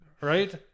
Right